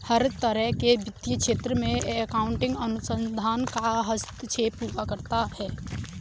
हर तरह के वित्तीय क्षेत्र में अकाउन्टिंग अनुसंधान का हस्तक्षेप हुआ करता है